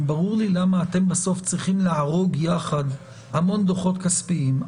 גם ברור לי למה אתם בסוף צריכים להרוג יחד המון דוחות כספיים.